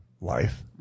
life